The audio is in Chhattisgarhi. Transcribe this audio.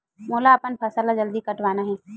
मोला अपन फसल ला जल्दी कटवाना हे?